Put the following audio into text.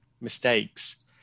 mistakes